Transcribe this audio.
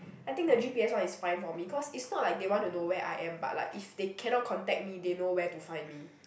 I think the G_P_S one is fine for me cause it's not like they want to know where I am but like if they cannot contact me they know where to find me